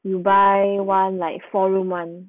you buy one like four room [one]